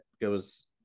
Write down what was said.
goes